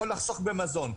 יכול לחסוך במזון,